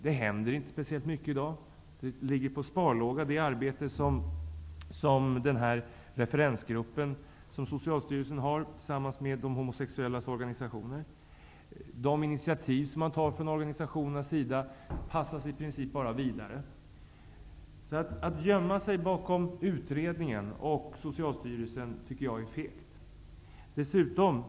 Det händer inte speciellt mycket i dag. Det arbete som referensgruppen gör, som Socialstyrelsen har tillsatt tillsammans med organisationer för homosexuella, går på sparlåga. De initiativ som har tagits från organisationernas sida passas vidare. Jag tycker att det är fegt att gömma sig bakom utredningen och Socialstyrelsen.